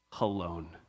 alone